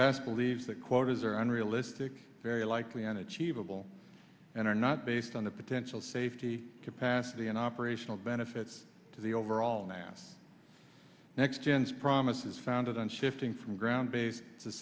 past believes that quotas are unrealistic very likely unachievable and are not based on the potential safety capacity and operational benefits to the overall nasa next chance promise is founded on shifting from ground base to